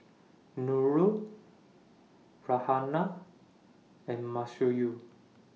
Nurul Raihana and